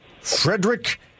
Frederick